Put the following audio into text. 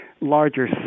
larger